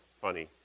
funny